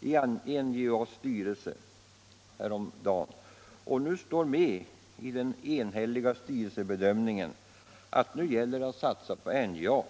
i NJA:s styrelse häromdagen och nu är med i den enhälliga styrelsebedömningen att det nu gäller att satsa på NJA.